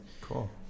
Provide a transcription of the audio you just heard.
Cool